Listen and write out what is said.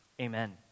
Amen